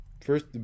first